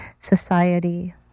Society